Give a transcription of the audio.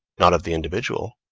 not of the individual,